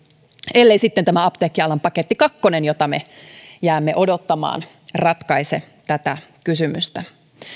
ellei sitten tämä apteekkialan paketti kakkonen jota me jäämme odottamaan ratkaise tätä kysymystä